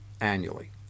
annually